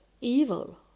evil